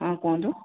ହଁ କୁହନ୍ତୁ